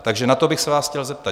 Takže na to bych se vás chtěl zeptat.